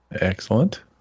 Excellent